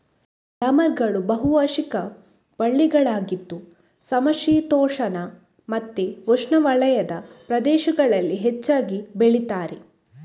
ಯಾಮ್ಗಳು ಬಹು ವಾರ್ಷಿಕ ಬಳ್ಳಿಗಳಾಗಿದ್ದು ಸಮಶೀತೋಷ್ಣ ಮತ್ತೆ ಉಷ್ಣವಲಯದ ಪ್ರದೇಶಗಳಲ್ಲಿ ಹೆಚ್ಚಾಗಿ ಬೆಳೀತಾರೆ